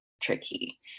tricky